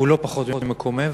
הוא לא פחות ממקומם,